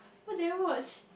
what did I watch